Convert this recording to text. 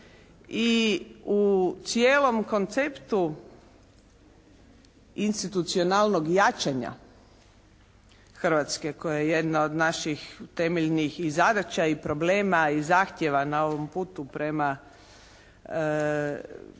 i u cijelom konceptu institucionalnog jačanja Hrvatske koja je jedna od naših temeljnih i zadaća i problema i zahtjeva na ovom putu prema